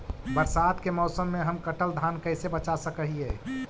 बरसात के मौसम में हम कटल धान कैसे बचा सक हिय?